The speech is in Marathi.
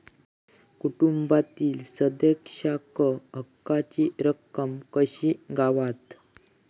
कुटुंबातील सदस्यांका हक्काची रक्कम कशी गावात?